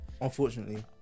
unfortunately